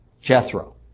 Jethro